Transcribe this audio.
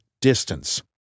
distance